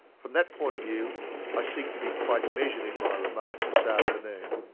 from that point of view i seek to be quite measured in my remarks this afternoon,